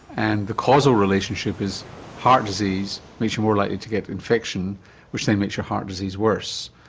and the causal relationship is heart disease makes you more likely to get infection which then makes your heart disease worse.